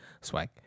Swag